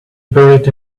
buried